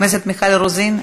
חברת הכנסת מיכל רוזין,